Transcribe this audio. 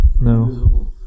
No